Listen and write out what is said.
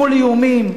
מול איומים.